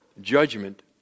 Judgment